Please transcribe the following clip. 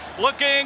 Looking